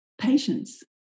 patience